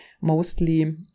mostly